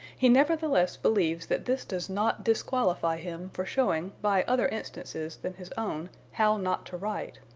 he nevertheless believes that this does not disqualify him for showing by other instances than his own how not to write.